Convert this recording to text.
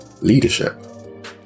leadership